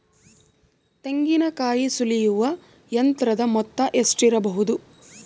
ತೆಂಗಿನಕಾಯಿ ಸುಲಿಯುವ ಯಂತ್ರದ ಮೊತ್ತ ಎಷ್ಟಿರಬಹುದು?